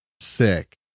sick